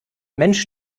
mensch